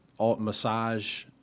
massage